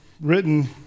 written